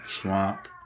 swamp